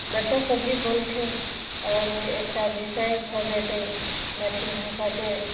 बच्चासभ भी बोलथिन आओर एकटा विषय भऽ जेतै मैथिल भाषाके